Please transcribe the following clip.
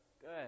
Good